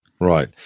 right